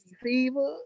fever